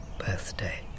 birthday